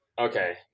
Okay